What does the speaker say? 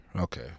Okay